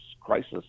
crisis